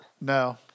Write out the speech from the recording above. No